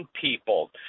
people